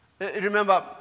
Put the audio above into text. Remember